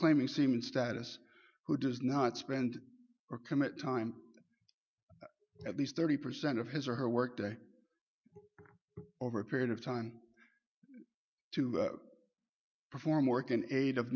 claiming semen status who does not spend or commit time at least thirty percent of his or her work day over a period of time to perform work in